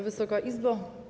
Wysoka Izbo!